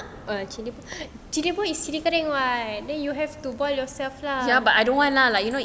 uh chili ball chili ball is cili kering then you have to boil yourself lah